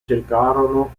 cercarono